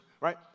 Right